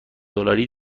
دلاری